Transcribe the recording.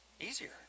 easier